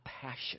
passion